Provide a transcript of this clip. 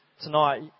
tonight